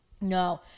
No